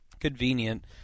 Convenient